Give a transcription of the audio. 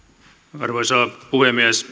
arvoisa puhemies